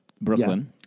Brooklyn